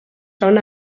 són